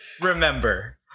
remember